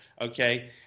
okay